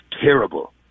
terrible